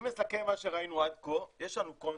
אם נסכם מה שראינו עד כה, יש לנו קונספט,